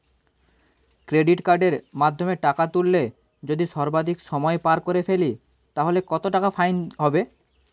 Credit কার্ডের মাধ্যমে টাকা তুললে যদি সর্বাধিক সময় পার করে ফেলি তাহলে কত টাকা ফাইন হবে?